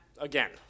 again